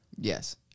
Yes